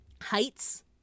Heights